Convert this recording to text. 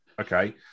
okay